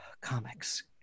Comics